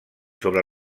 sobre